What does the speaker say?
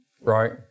Right